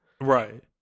Right